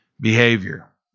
behavior